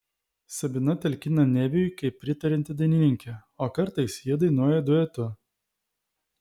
sabina talkina neviui kaip pritarianti dainininkė o kartais jie dainuoja duetu